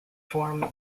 form